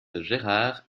gérard